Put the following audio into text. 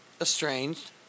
estranged